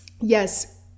Yes